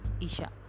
Isha